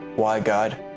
why, god?